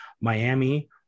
Miami